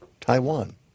Taiwan